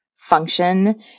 function